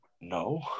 No